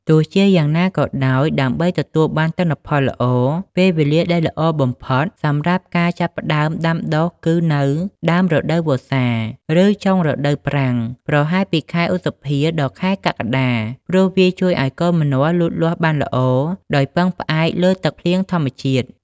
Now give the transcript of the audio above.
ទោះជាយ៉ាងណាក៏ដោយ ដើម្បីទទួលបានទិន្នផលល្អ ពេលវេលាដែលល្អបំផុតសម្រាប់ការចាប់ផ្តើមដាំដុះគឺនៅ ដើមរដូវវស្សា ឬ ចុងរដូវប្រាំង ប្រហែលពីខែឧសភា ដល់ខែកក្កដា ព្រោះវាជួយឲ្យកូនម្នាស់លូតលាស់បានល្អដោយពឹងផ្អែកលើទឹកភ្លៀងធម្មជាតិ។